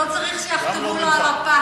הוא לא צריך שיחתמו לו על הפס,